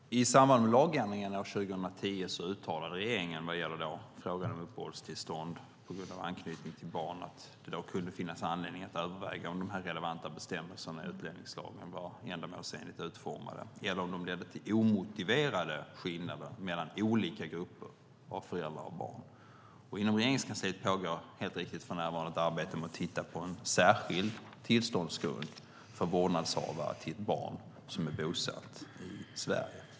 Fru talman! I samband med lagändringarna 2010 uttalade regeringen vad gäller frågan om uppehållstillstånd på grund av anknytning till barn att det kunde finnas anledning att överväga om de relevanta bestämmelserna i utlänningslagen var ändamålsenligt utformade eller om de ledde till omotiverade skillnader mellan olika grupper av föräldrar och barn. Inom Regeringskansliet pågår mycket riktigt för närvarande ett arbete med att titta på en särskild tillståndsgrund för vårdnadshavare till barn som är bosatta i Sverige.